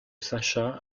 sacha